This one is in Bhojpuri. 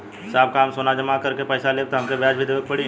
साहब हम सोना जमा करके पैसा लेब त हमके ब्याज भी देवे के पड़ी?